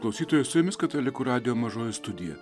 klausytojai su jumis katalikų radijo mažoji studija